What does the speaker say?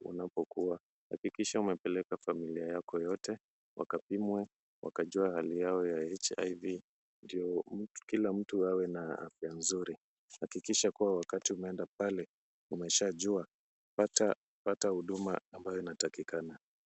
unapokuwa hakikisha umepeleka familia yako yote wakapimwe, wakajue hali yao ya HIV ndio kila mtu awe na afya nzuri. Hakikisha kuwa wakati umeenda pale umeshajua, pata huduma ambayo inatakikana.